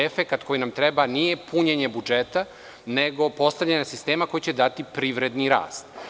Efekat koji nam treba nije punjenje budžeta, nego postavljanje sistema koji će dati privredni rast.